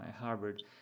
Harvard